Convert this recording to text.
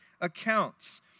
accounts